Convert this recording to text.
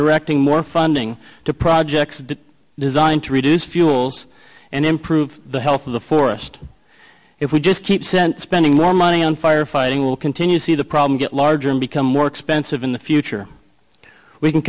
directing more funding to projects designed to reduce fuels and improve the health of the forest if we just keep sense spending more money on fire fighting will continue to see the problem get larger and become more expensive in the future we can